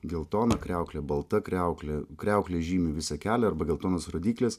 geltona kriauklė balta kriauklė kriauklė žymi visą kelią arba geltonos rodyklės